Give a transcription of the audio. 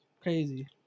Crazy